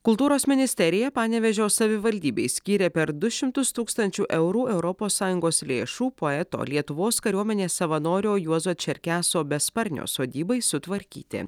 kultūros ministerija panevėžio savivaldybei skyrė per du šimtus tūkstančių eurų europos sąjungos lėšų poeto lietuvos kariuomenės savanorio juozo čerkeso besparnio sodybai sutvarkyti